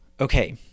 Okay